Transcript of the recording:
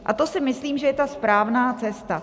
A to si myslím, že je ta správná cesta.